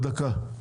ממש דקה.